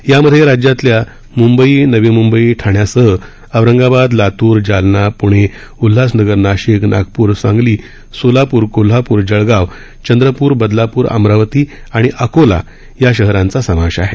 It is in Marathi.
यामध्ये राज्यातल्या मुंबई नवी मुंबई ठाण्यासह औरंगाबाद लातूर जालना प्णे उल्हासनगर नाशिक नागपूर सांगली सोलापूर कोल्हापूर जळगाव चंद्रपूर बदलापूर अमरावती आणि अकोला या शहरांचा समावेश आहे